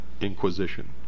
Inquisition